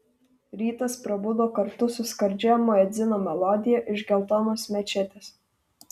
rytas prabudo kartu su skardžia muedzino melodija iš geltonos mečetės